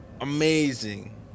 amazing